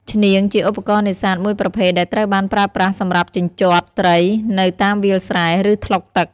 ឈ្នាង ជាឧបករណ៍នេសាទមួយប្រភេទដែលត្រូវបានប្រើប្រាស់សម្រាប់ជញ្ជាត់ត្រីនៅតាមវាលស្រែ ឬថ្លុកទឹក។